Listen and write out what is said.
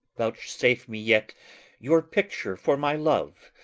vouchsafe me yet your picture for my love,